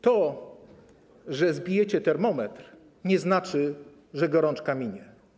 To, że zbijecie termometr, nie znaczy, że gorączka minie.